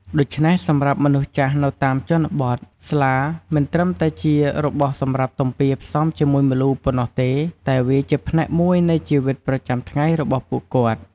ដូចនេះ សម្រាប់មនុស្សចាស់នៅតាមជនបទ ស្លា មិនត្រឹមតែជារបស់សម្រាប់ទំពារផ្សំជាមួយម្លូប៉ុណ្ណោះទេ តែវាជាផ្នែកមួយនៃជីវិតប្រចាំថ្ងៃរបស់ពួកគាត់។